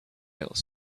little